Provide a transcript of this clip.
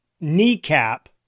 kneecap